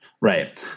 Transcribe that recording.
Right